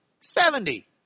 Seventy